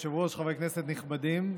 כבוד היושב-ראש, חברי כנסת נכבדים,